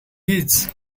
his